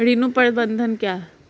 ऋण प्रबंधन क्या है?